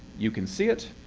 you can see it.